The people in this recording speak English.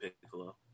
Piccolo